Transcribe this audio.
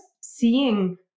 seeing